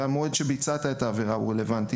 המועד שבו ביצעת את העבירה הוא רלוונטי,